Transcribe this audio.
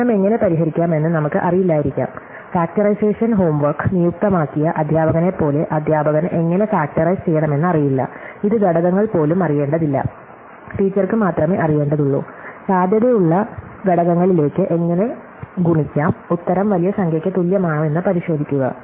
പ്രശ്നം എങ്ങനെ പരിഹരിക്കാമെന്ന് നമുക്ക് അറിയില്ലായിരിക്കാം ഫാക്ടറൈസേഷൻ ഹോം വർക്ക് നിയുക്തമാക്കിയ അധ്യാപകനെപ്പോലെ അധ്യാപകന് എങ്ങനെ ഫാക്ടറൈസ് ചെയ്യണമെന്ന് അറിയില്ല ഇത് ഘടകങ്ങൾ പോലും അറിയേണ്ടതില്ല ടീച്ചർക്ക് മാത്രമേ അറിയേണ്ടതുള്ളൂ സാധ്യതയുള്ള ഘടകങ്ങളിലേക്ക് എങ്ങനെ ഗുണിക്കാം ഉത്തരം വലിയ സംഖ്യയ്ക്ക് തുല്യമാണോ എന്ന് പരിശോധിക്കുക